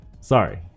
sorry